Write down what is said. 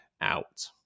out